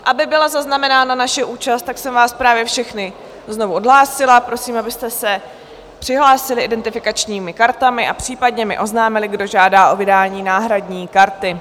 Aby byla zaznamenána naše účast, tak jsem vás právě všechny znovu odhlásila, prosím, abyste se přihlásili identifikačními kartami a případně mi oznámili, kdo žádá o vydání náhradní karty.